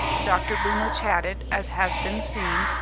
dr. boomer chatted, as has been seen,